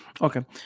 Okay